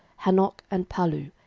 hanoch, and pallu,